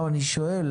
אני שואל,